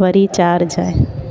वरी चाढ़जांइ